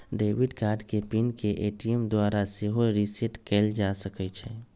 debit card के PIN के ATM द्वारा सेहो रीसेट कएल जा सकै छइ